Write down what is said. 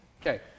okay